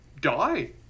die